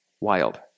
wild